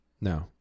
No